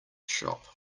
shop